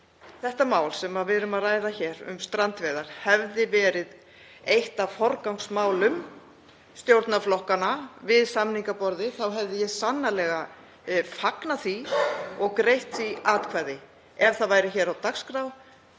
Ef það mál sem við erum að ræða hér um strandveiðar hefði verið eitt af forgangsmálum stjórnarflokkanna við samningaborðið þá hefði ég sannarlega fagnað því og greitt því atkvæði. Ef það væri hér á dagskrá